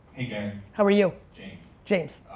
hey gary. how are you? james. james.